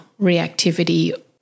reactivity